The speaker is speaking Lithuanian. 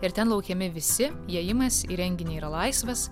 ir ten laukiami visi įėjimas į renginį yra laisvas